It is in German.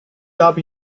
habe